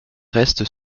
reste